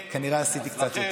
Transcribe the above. כנראה עשיתי קצת יותר.